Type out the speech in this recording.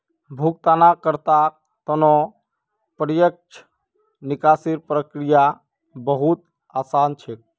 भुगतानकर्तार त न प्रत्यक्ष निकासीर प्रक्रिया बहु त आसान छेक